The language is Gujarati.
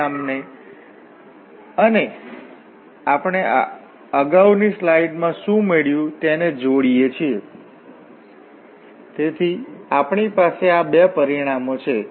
આ ગ્રીન્સ થીઓરમનું સ્ટેટમેન્ટ એ તારણ આપે છે કે આ કર્વ ઇન્ટીગ્રલ જે હતું તેને F⋅dr તરીકે પણ લખી શકાય છે